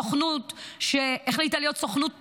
סוכנות שהחליטה להיות סוכנות טרור,